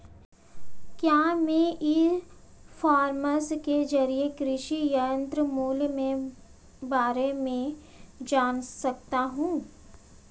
क्या मैं e commerce के ज़रिए कृषि यंत्र के मूल्य में बारे में जान सकता हूँ?